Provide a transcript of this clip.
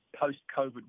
post-COVID